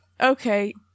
Okay